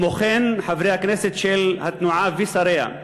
וכן חברי הכנסת של התנועה ושריה,